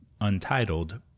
Untitled